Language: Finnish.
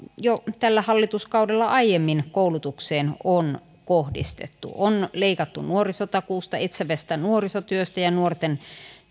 jo aiemmin tällä hallituskaudella koulutukseen on kohdistettu on leikattu nuorisotakuusta etsivästä nuorisotyöstä ja nuorten